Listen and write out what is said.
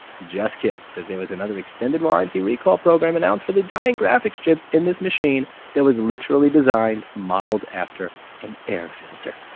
just kidding because there was another extended warranty recall program announced for the dying graphics chips in this machine that was literally designed modeled after an air filter,